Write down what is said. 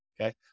Okay